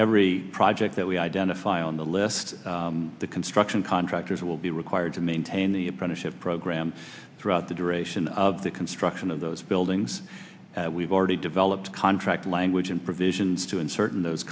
every project that we identify on the list the construction contractors will be required to maintain the apprenticeship program throughout the duration of the construction of those buildings we've already developed contract language and provisions to and certain those